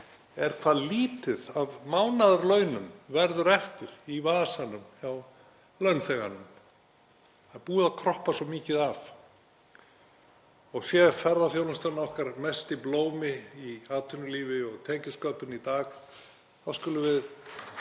er hvað lítið af mánaðarlaunum verður eftir í vasanum hjá launþeganum. Það er búið að kroppa svo mikið af. Sé ferðaþjónustan okkar mesti blómi í atvinnulífi og tekjusköpun í dag þá skulum við